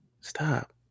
stop